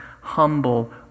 humble